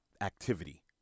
activity